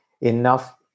enough